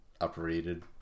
operated